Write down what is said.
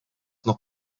noch